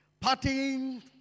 Partying